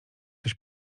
coś